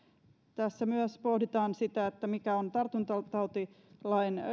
tässä myös pohditaan sitä mikä on tartuntatautilain